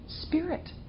spirit